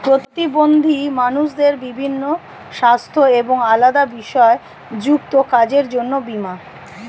প্রতিবন্ধী মানুষদের বিভিন্ন সাস্থ্য এবং আলাদা বিষয় যুক্ত কাজের জন্য বীমা